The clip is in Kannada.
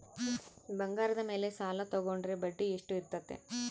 ಬಂಗಾರದ ಮೇಲೆ ಸಾಲ ತೋಗೊಂಡ್ರೆ ಬಡ್ಡಿ ಎಷ್ಟು ಇರ್ತೈತೆ?